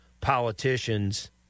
politicians